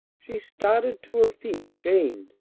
she started to her feet ashamed.